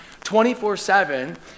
24-7